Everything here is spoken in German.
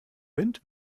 wind